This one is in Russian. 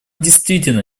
действительно